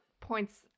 points